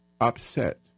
upset